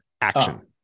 Action